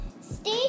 stay